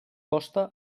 costa